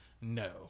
no